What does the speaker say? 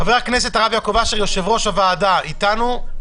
חבר הכנסת הרב יעקב אשר, יושב-ראש הוועדה, איתנו?